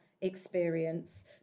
experience